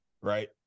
right